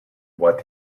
what